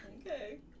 Okay